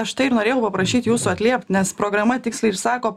aš tai ir norėjau paprašyt jūsų atliept nes programa tikslai ir sako